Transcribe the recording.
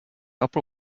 upper